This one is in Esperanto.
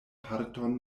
parton